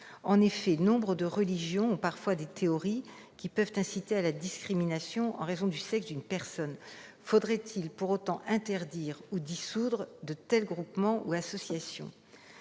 En effet, nombre de religions ont parfois des théories pouvant inciter à la discrimination en raison du sexe d'une personne. Faudrait-il pour autant interdire ou dissoudre de tels groupements ou associations ?